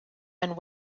and